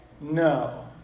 No